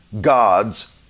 God's